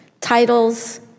titles